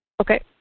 Okay